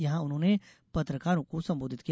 यहां उन्होंने पत्रकारों को सम्बोधित किया